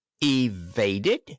Evaded